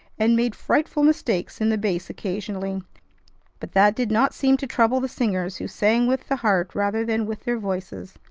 and made frightful mistakes in the bass occasionally but that did not seem to trouble the singers, who sang with the heart rather than with their voices.